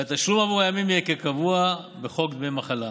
והתשלום עבור הימים יהיה כקבוע בחוק דמי מחלה.